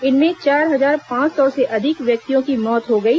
इनमें चार हजार पांच सौ से अधिक व्यक्तियों की मौत हो गई